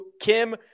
Kim